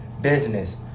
business